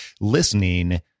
listening